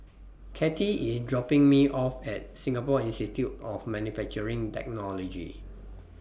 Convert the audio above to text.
Kathy IS dropping Me off At Singapore Institute of Manufacturing Technology